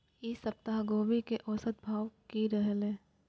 ई सप्ताह गोभी के औसत भाव की रहले?